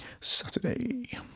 saturday